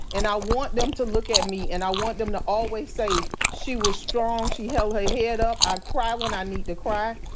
and i want them to look at me and i want them to always say, she was strong. she held her head up. i cry when i need to cry.